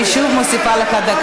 שודד.